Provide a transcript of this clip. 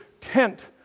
tent